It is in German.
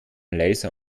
laser